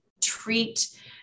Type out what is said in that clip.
treat